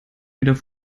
wieder